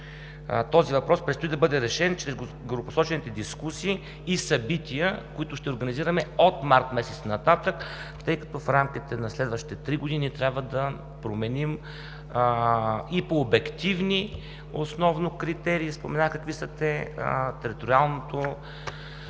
Този въпрос предстои да бъде решен чрез горепосочените дискусии и събития, които ще организираме от месец март нататък, тъй като в рамките на следващите три години трябва да променим основно по обективни критерии териториалния